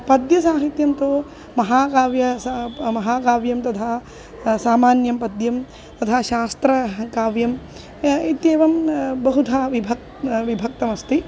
पद्यसाहित्यं तु महाकाव्यं सा महाकाव्यं तथा सामान्यं पद्यं तथा शास्त्रकाव्यम् इत्येवं बहुधा विभक् विभक्तमस्ति